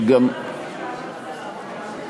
תאמר את העמדה שלך לגבי העבודה המאורגנת.